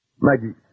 Maggie